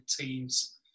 teams